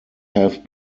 have